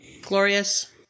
Glorious